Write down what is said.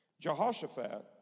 Jehoshaphat